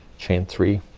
chain three